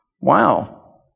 Wow